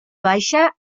baixa